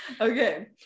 Okay